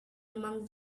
among